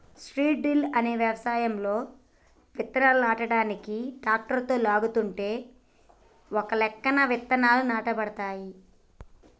seed drill అనేది వ్యవసాయంలో విత్తనాలు నాటనీకి ట్రాక్టరుతో లాగుతుంటే ఒకలెక్కన విత్తనాలు నాటబడతాయి